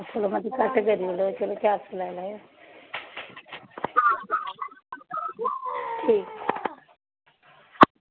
घट्ट करी ओड़े चलो पचासीं लाई लैओ ठीक